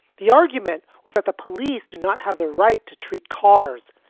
the argument was that the police do not have the right to treat cars,